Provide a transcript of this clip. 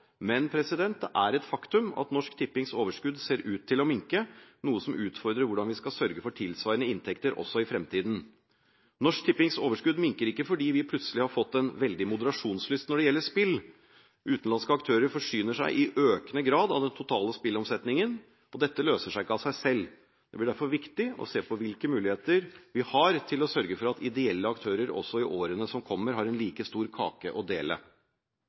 Men det er et faktum at Norsk Tippings overskudd ser ut til å minke, noe som utfordrer hvordan vi skal sørge for tilsvarende inntekter også i framtiden. Norsk Tippings overskudd minker ikke fordi vi plutselig har fått en veldig moderasjonslyst når det gjelder spill. Utenlandske aktører forsyner seg i økende grad av den totale spillomsetningen, og dette løser seg ikke av seg selv. Det blir derfor viktig å se på hvilke muligheter vi har til å sørge for at ideelle aktører også i årene som kommer, har en like stor kake å dele.